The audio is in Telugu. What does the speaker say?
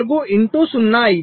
04 ఇంటూ 0